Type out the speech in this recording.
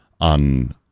on